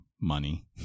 money